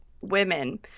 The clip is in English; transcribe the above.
women